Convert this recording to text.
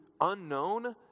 unknown